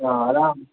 हाँ आराम